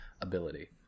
ability